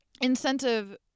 incentive